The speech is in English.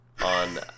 On